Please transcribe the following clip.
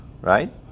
right